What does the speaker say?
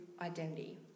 identity